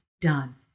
done